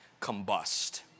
combust